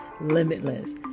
limitless